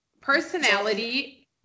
personality